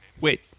Wait